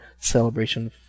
Celebration